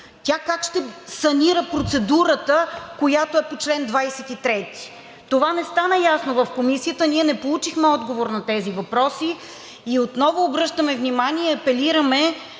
тя как ще санира процедурата, която е по чл. 23. Това не стана ясно в Комисията. Ние не получихме отговор на тези въпроси и отново обръщаме внимание, апелираме